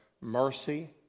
mercy